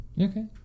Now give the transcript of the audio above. Okay